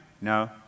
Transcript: No